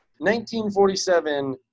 1947